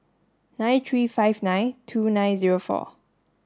nine three five nine two nine zero four